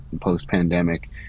post-pandemic